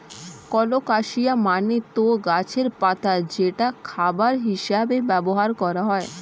colocasia মানে তো গাছের পাতা যেটা খাবার হিসেবে ব্যবহার করা হয়